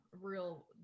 real